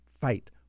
fight